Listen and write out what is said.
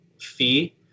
fee